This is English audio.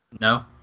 no